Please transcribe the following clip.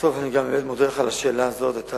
אני מודה לך על השאלה הזאת.